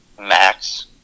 max